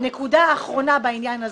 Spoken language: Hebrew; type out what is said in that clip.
נקודה אחרונה בעניין הזה: